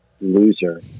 loser